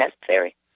necessary